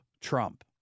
Trump